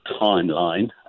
timeline